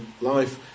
life